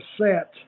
set